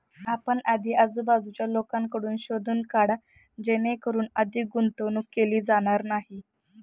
आपण आधी आजूबाजूच्या लोकांकडून शोधून काढा जेणेकरून अधिक गुंतवणूक केली जाणार नाही